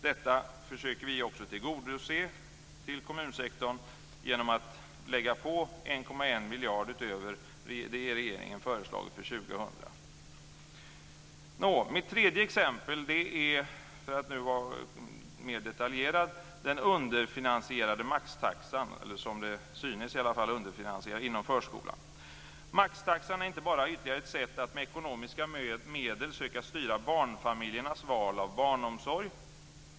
Detta försöker vi också tillgodose genom att till kommunsektorn lägga på 1,1 miljard utöver det regeringen föreslagit för år 2000. Mitt tredje exempel, för att nu bli mer detaljerad, är den som det synes underfinansierade maxtaxan inom förskolan. Maxtaxan är inte bara ytterligare ett sätt att med ekonomiska medel söka styra barnfamiljernas val av barnomsorg.